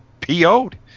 po'd